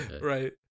Right